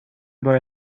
börja